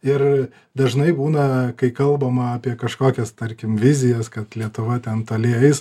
ir dažnai būna kai kalbama apie kažkokias tarkim vizijas kad lietuva ten toli eis